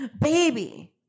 Baby